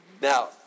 Now